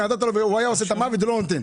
הוא היה עושה את המוות ולא נותן.